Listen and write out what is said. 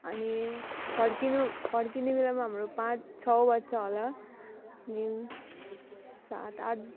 अनि फर्किनु फर्किने बेलामा हाम्रो पाँच छ बज्छ होला दिन सात आठ